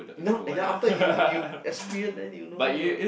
now ya after you you experience then you know lah